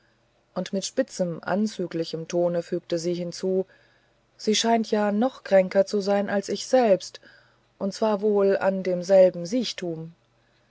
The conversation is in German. und in spitzigem anzüglichem tone fügte sie hinzu sie scheint ja noch kränker zu sein als ich selber und zwar wohl an demselben siechtum